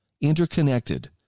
interconnected